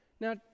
Now